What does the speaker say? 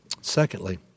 Secondly